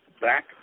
Back